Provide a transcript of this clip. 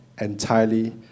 entirely